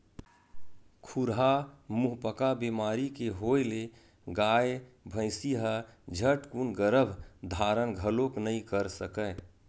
खुरहा मुहंपका बेमारी के होय ले गाय, भइसी ह झटकून गरभ धारन घलोक नइ कर सकय